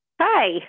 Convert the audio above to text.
Hi